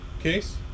case